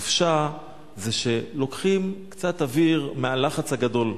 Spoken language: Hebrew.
חופשה זה שלוקחים קצת אוויר מהלחץ הגדול.